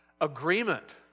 agreement